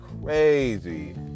crazy